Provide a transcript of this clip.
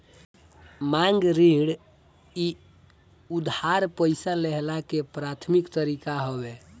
मांग ऋण इ उधार पईसा लेहला के प्राथमिक तरीका हवे